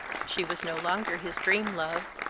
she was no longer his dream-love,